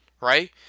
right